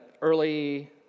early